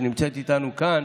שנמצאת איתנו כאן,